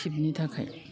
टेपनि थाखाय